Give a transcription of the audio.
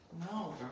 No